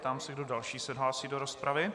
Ptám se, kdo další se hlásí do rozpravy.